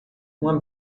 uma